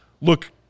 look